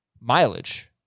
mileage